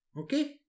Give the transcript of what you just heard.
Okay